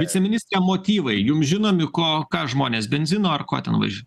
viceministre motyvai jums žinomi ko ką žmonės benzino ar ko ten važiuoja